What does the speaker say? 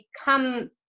become